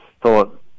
thought